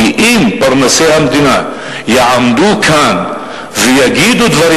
כי אם פרנסי המדינה יעמדו כאן ויגידו דברים